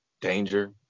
danger